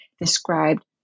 described